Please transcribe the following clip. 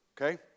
okay